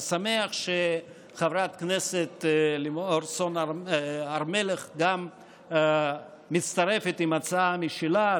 אני שמח שחברת הכנסת לימור סון הר מלך גם מצטרפת עם הצעה משלה,